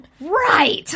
right